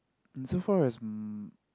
so far as um